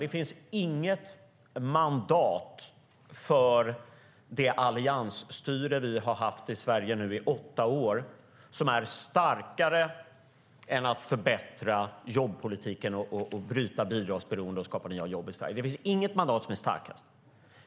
Det finns inget mandat för det alliansstyre vi har haft i Sverige i åtta år nu som är starkare än att förbättra jobbpolitiken, bryta bidragsberoende och skapa nya jobb i Sverige. Det finns inget mandat som är starkare.